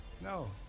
no